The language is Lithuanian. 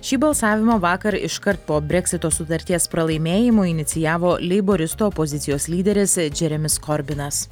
šį balsavimą vakar iškart po breksito sutarties pralaimėjimo inicijavo leiboristų opozicijos lyderis džeremis korbinas